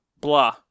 blah